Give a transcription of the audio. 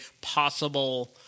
possible